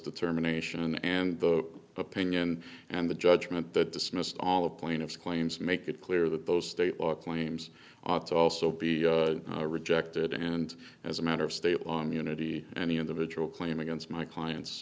determination and the opinion and the judgment that dismissed all the plaintiffs claims make it clear that those state law claims ought to also be rejected and as a matter of state on unity any individual claim against my clients